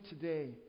today